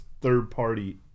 third-party